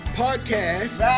podcast